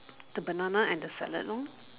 the banana and the salad lor